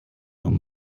nun